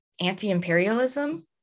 anti-imperialism